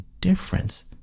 difference